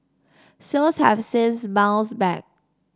sales have since bounced back